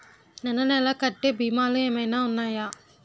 నెల నెల కట్టే భీమాలు ఏమైనా ఉన్నాయా?